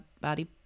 body